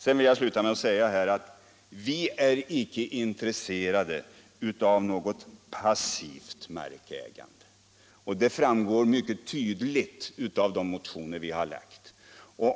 Jag vill sluta med att säga att vi icke är intresserade av något passivt markägande. Detta framgår mycket tydligt av den motion vi har väckt.